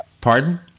Pardon